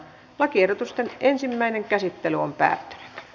lakiehdotusten ensimmäinen käsittely päättyi